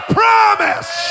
promise